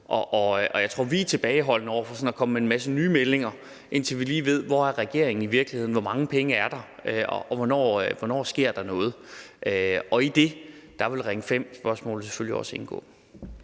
Og jeg tror, vi er tilbageholdende med sådan at komme med en masse nye meldinger, indtil vi lige ved, hvor regeringen i virkeligheden er, hvor mange penge der er, og hvornår der sker noget. Og i det vil Ring 5-spørgsmålet selvfølgelig også indgå.